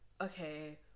Okay